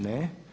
Ne.